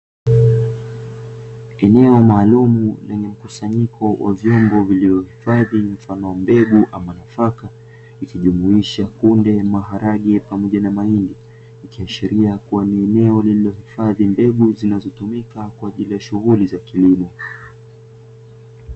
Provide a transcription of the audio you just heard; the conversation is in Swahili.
Eneo maalumu lenye mkusanyiko wa vyombo vilivyohifadhi mfano wa mbegu au nafaka ikijumuisha kunde, maharage pamoja na mahindi ikiashiria kuwa ni eneo lililohifadhi mbegu zinazotumika kwaajili ya shughuli za kilimo.